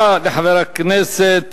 תודה לחבר הכנסת